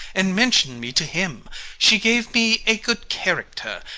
and mentioned me to him she gave me a good character,